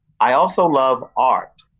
i also love art.